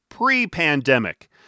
Pre-pandemic